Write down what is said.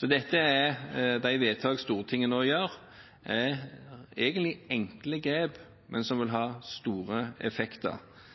De vedtak Stortinget nå gjør, er egentlig enkle grep, men vil ha store effekter,